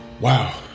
Wow